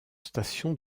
stations